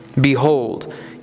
Behold